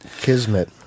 Kismet